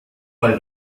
weil